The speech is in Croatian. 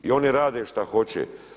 I oni rade šta hoće.